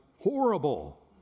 horrible